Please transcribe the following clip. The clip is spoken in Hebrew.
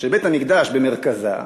שבית-המקדש במרכזה,